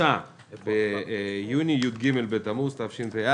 היום 23 ביוני, י"ג בתמוז תשפ"א.